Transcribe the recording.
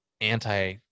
anti